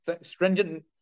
stringent